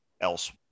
else